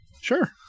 Sure